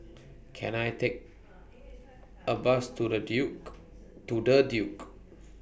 Can I Take A Bus to The Duke